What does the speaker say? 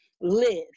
live